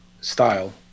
style